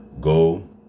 go